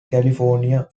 california